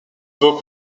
book